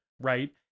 right